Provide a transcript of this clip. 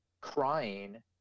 crying